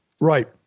Right